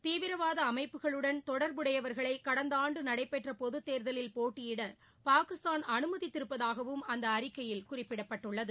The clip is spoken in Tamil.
தீவிரவாத அமைப்புகளுடன் தொடர்புடையவர்களை கடந்த ஆண்டு நடைபெற்ற பொதுத்தேர்தலில் போட்டியிட பாகிஸ்தான் அனுமதித்திருப்பதாகவும் அந்த அறிக்கையில் குறிப்பிடப்பட்டுள்ளது